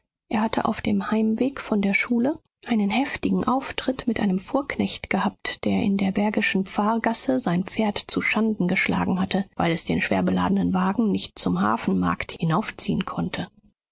er hatte auf dem heimweg von der schule einen heftigen auftritt mit einem fuhrknecht gehabt der in der bergigen pfarrgasse sein pferd zuschanden geschlagen hatte weil es den schwerbeladenen wagen nicht zum hafenmarkt hinaufziehen konnte